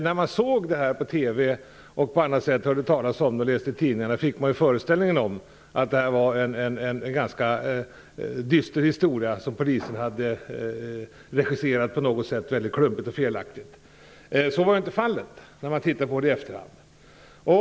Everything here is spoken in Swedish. När detta togs upp i TV och tidningar fick man föreställningen att detta var en ganska dyster historia som polisen hade regisserat på ett klumpigt och felaktigt sätt. I efterhand kan man konstatera att så inte var fallet.